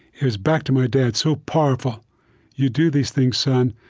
it was back to my dad, so powerful you do these things, son,